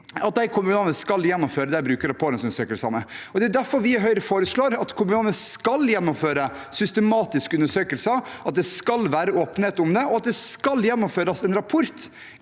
at kommunene skal gjennomføre bruker- og pårørendeundersøkelser. Det er derfor vi i Høyre foreslår at kommunene skal gjennomføre systematiske undersøkelser, at det skal være åpenhet om det, og at det skal gjennomføres en rapport